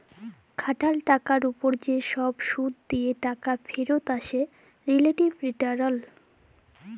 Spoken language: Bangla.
খাটাল টাকার উপর যে সব শুধ দিয়ে টাকা ফেরত আছে রিলেটিভ রিটারল